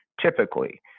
typically